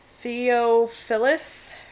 Theophilus